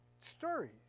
Stories